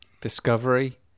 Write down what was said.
discovery